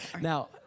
Now